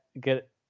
get